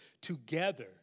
together